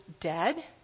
dead